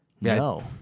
No